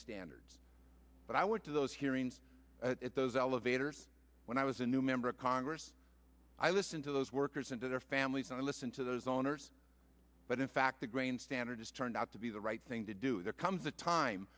standards but i went to those hearings at those elevators when i was a new member of congress i listen to those workers and their families and i listen to those owners but in fact the grain standards turned out to be the right thing to do there comes a time